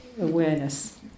awareness